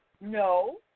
No